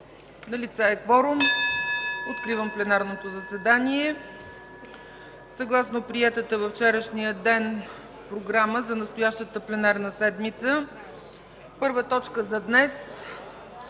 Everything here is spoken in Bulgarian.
Налице е кворум. (Звъни.) Откривам пленарното заседание. Съгласно приетата във вчерашния ден програма за настоящата пленарна седмица първа точка за днес